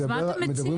אז מה אתה מציע?